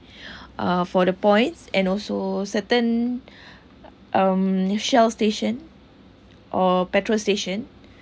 uh for the points and also certain um Shell station or petrol station